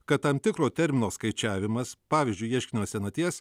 kad tam tikro termino skaičiavimas pavyzdžiui ieškinio senaties